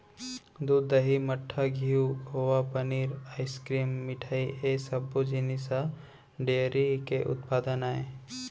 दूद, दही, मठा, घींव, खोवा, पनीर, आइसकिरिम, मिठई ए सब्बो जिनिस ह डेयरी के उत्पादन आय